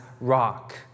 rock